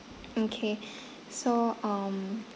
okay so um